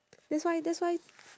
that's why that's why